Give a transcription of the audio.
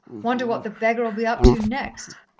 wonder what the beggar'll be up to next?